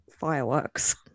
fireworks